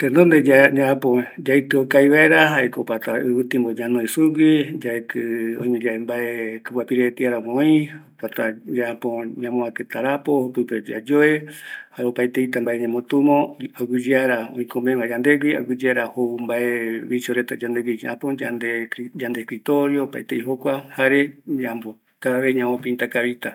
Tenonde yaitɨo kavi vaera jaeko, opata ɨvɨ timbo ñanoe sugui, yaekɨ oime yave mbae tupapirereta oi iarambo, ñamoakɨ tarapo, jokogui yayoe, opaeteita mbae ñamotumo, aguiyeara oikomegua yandegui, aguiyeara jou vichoreta yandegui yende escritorio, jare cada ves ñambo pinta kavita